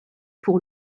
pour